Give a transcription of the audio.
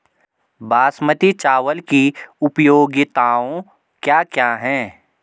बासमती चावल की उपयोगिताओं क्या क्या हैं?